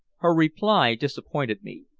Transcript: her reply disappointed me.